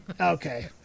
okay